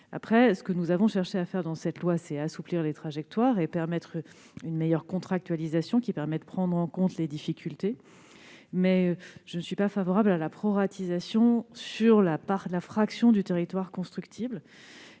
Dans ce texte, nous avons cherché à assouplir les trajectoires et à permettre une meilleure contractualisation afin de prendre en compte les difficultés, mais je ne suis pas favorable à la proratisation sur la fraction du territoire constructible.